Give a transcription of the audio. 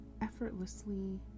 effortlessly